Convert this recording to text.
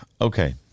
okay